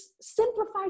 simplify